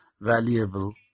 valuable